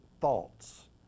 thoughts